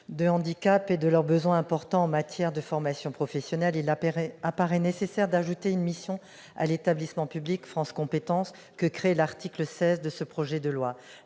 de handicap et de leurs besoins importants en matière de formation professionnelle, il apparaît nécessaire d'ajouter une mission à l'établissement public France compétences que crée l'article 16 de ce projet de loi.